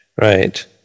Right